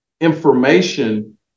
information